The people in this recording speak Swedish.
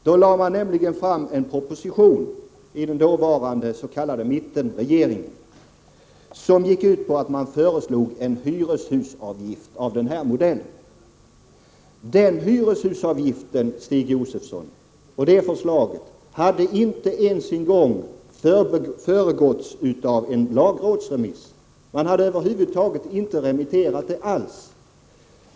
Då lade nämligen den s.k. mittenregeringen fram en proposition med förslag om en hyreshusavgift av den nu aktuella modellen. Förslaget om denna hyreshusav-- gift, Stig Josefson, hade inte ens föregåtts av en lagrådsremiss. Det hade över huvud taget inte remitterats.